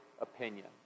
opinion